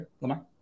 Lamar